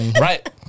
Right